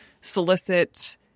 solicit